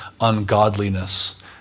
ungodliness